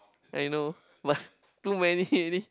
like you know but too many ready